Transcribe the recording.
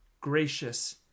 gracious